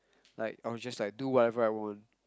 like I was just like do whatever I want